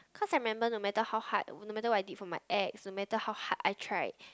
cause I remember no matter how hard no matter what I did for my ex no matter how hard I tried